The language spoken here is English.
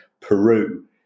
Peru